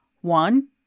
One